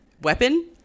Weapon